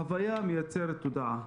הוויה מייצרת תודעה.